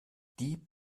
die